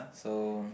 so